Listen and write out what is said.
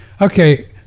Okay